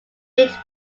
mid